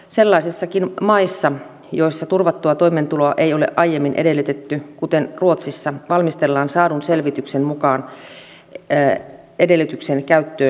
sellaisissakin maissa joissa turvattua toimeentuloa ei ole aiemmin edellytetty kuten ruotsissa valmistellaan saadun selvityksen mukaan edellytyksen käyttöönottoa